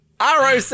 ROC